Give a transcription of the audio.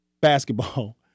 basketball